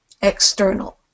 external